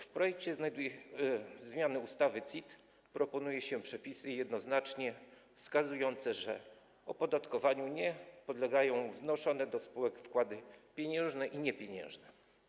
W projekcie zmiany ustawy o CIT proponuje się przepisy jednoznacznie wskazujące, że opodatkowaniu nie podlegają wnoszone do spółek wkłady pieniężne i niepieniężne.